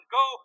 go